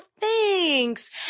thanks